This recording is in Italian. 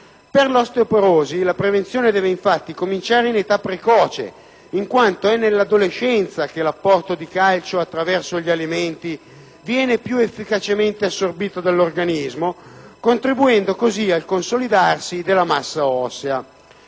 Per l'osteoporosi la prevenzione deve, infatti, cominciare in età precoce, in quanto è nell'adolescenza che l'apporto di calcio attraverso gli alimenti viene più efficacemente assorbito dall'organismo, contribuendo così al consolidarsi della massa ossea.